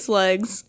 legs